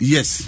Yes